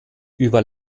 über